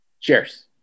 Cheers